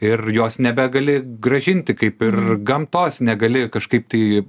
ir jos nebegali grąžinti kaip ir gamtos negali kažkaip tai